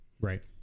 Right